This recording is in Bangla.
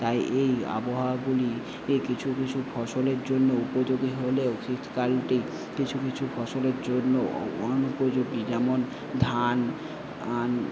তাই এই আবহাওয়াগুলি এ কিছু কিছু ফসলের জন্য উপযোগী হলেও শীতকালটি কিছু কিছু ফসলের জন্য অনুপযোগী যেমন ধান